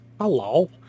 Hello